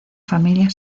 familia